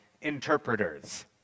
interpreters